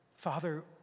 Father